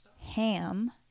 ham